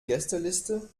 gästeliste